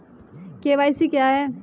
KYC क्या है?